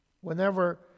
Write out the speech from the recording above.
Whenever